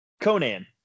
Conan